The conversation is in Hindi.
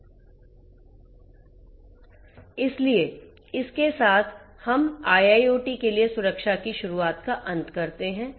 IIoT के लिए सुरक्षा की शुरूआत का अंत करते हैं